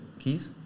Keys